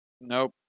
Nope